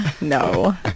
No